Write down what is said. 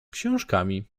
książkami